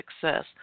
Success